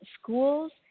schools